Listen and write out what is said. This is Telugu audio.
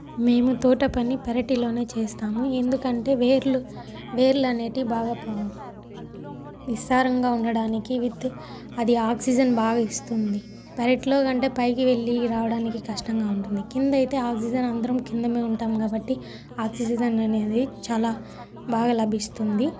మేము తోట పని పెరటిలోనే చేస్తాము ఎందుకంటే వేర్లు వేర్లు అనేటివి బాగా పా విస్తారంగా ఉండడానికి విత్ అది ఆక్సిజన్ బాగా ఇస్తుంది పెరట్లో కంటే పైకి వెళ్ళి రావడానికి కష్టంగా ఉంటుంది కిందైతే ఆక్సిజన్ అందరం కిందనే ఉంటాం కాబట్టి ఆక్సిజన్ అనేది చాలా బాగా లభిస్తుంది